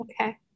Okay